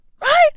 right